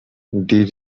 did